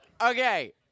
Okay